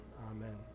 Amen